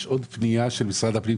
יש עוד פנייה של משרד הפנים,